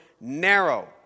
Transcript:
narrow